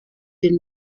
den